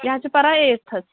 یہِ حظ چھُ پَران ایٹتھَس